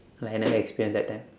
like I never experience that time